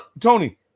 tony